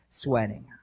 sweating